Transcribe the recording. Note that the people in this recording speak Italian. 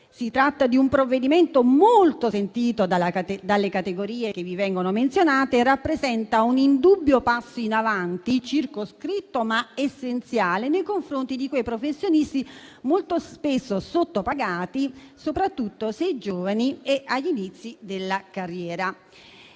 Si tratta di un provvedimento molto sentito dalle categorie che vi vengono menzionate. Rappresenta un indubbio passo in avanti, circoscritto, ma essenziale, nei confronti di professionisti molto spesso sottopagati, soprattutto se giovani e agli inizi della carriera.